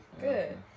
Good